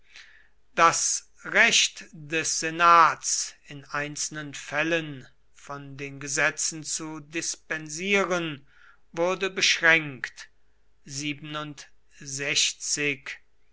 das recht des senats in einzelnen fällen von den gesetzen zu dispensieren wurde beschränkt